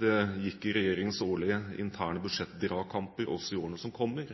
det gikk i regjeringens årlige interne budsjettdragkamper også i årene som kommer,